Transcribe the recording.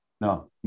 no